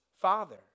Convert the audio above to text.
father